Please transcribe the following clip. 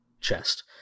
chest